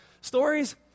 Stories